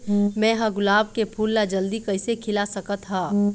मैं ह गुलाब के फूल ला जल्दी कइसे खिला सकथ हा?